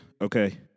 Okay